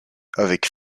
avec